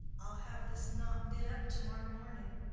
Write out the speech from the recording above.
i'll have this knot knit up to-morrow morning.